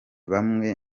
bamwe